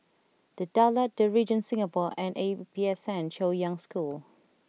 The Daulat The Regent Singapore and A P S N Chaoyang School